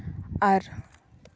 ᱟᱨ